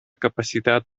capacitat